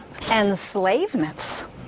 enslavements